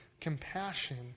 compassion